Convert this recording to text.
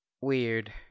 weird